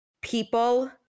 people